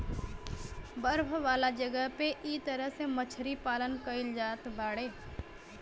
बर्फ वाला जगह पे इ तरह से मछरी पालन कईल जात बाड़े